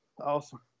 Awesome